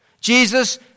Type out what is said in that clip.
Jesus